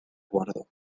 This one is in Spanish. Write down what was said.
guardo